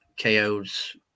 KOs